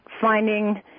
finding